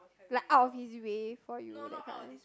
like out of his way for you that kind